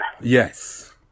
Yes